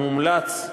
המומלץ,